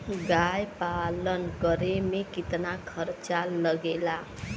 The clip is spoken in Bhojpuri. गाय पालन करे में कितना खर्चा लगेला?